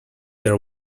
their